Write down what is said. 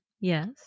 Yes